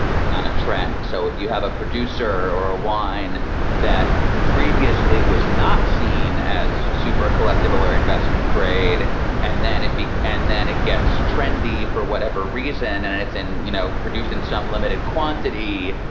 on a trend. so if you have a producer or a wine that previously was not seen as super collectible or investment grade and then it big and then it gets trendy for whatever reason and and it's in, you know, produced in some limited quantity,